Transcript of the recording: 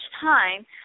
time